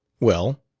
well,